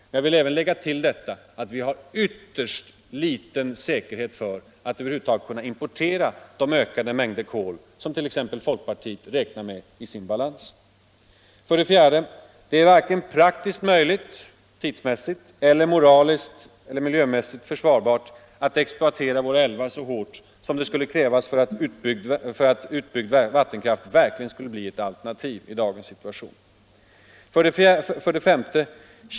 Men jag vill även tillägga att vi har ytterst liten trygghet för att vi över huvud taget kan importera de ökade mängder kol som t.ex. folkpartiet räknar med i sin balans. 4. Det är varken praktiskt möjligt tidsmässigt eller moraliskt eller miljömässigt försvarbart att exploatera våra älvar så hårt som det skulle krävas för att utbyggd vattenkraft verkligen skulle bli ett alternativ i dagens situation. 5.